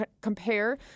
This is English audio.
compare